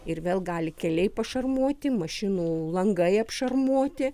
ir vėl gali keliai pašarmuoti mašinų langai apšarmuoti